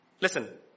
Listen